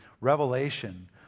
revelation